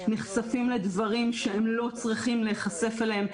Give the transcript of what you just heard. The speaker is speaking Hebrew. נחשפים לדברים שהם לא צריכים להיחשף אליהם,